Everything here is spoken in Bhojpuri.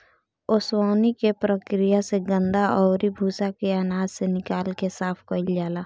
ओसवनी के प्रक्रिया से गर्दा अउरी भूसा के आनाज से निकाल के साफ कईल जाला